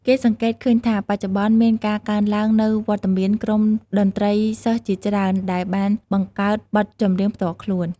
គេសង្កេតឃើញថាបច្ចុប្បន្នមានការកើនឡើងនូវវត្តមានក្រុមតន្ត្រីសិស្សជាច្រើនដែលបានបង្កើតបទចម្រៀងផ្ទាល់ខ្លួន។